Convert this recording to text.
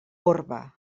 orba